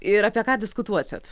ir apie ką diskutuosit